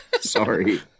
sorry